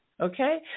Okay